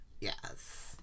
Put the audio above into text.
Yes